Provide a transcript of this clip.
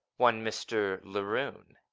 one mr. laroon.